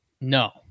No